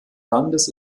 landes